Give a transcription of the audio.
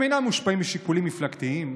הם אינם מושפעים משיקולים מפלגתיים,